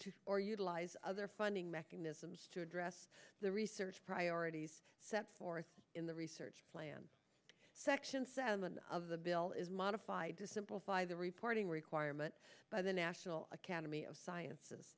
two or utilize other funding mechanisms to address the research priorities set forth in the research plan section seven of the bill is modified to simplify the reporting requirement by the national academy of sciences